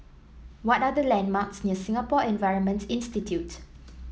what are the landmarks near Singapore Environment Institute